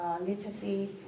literacy